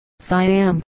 Siam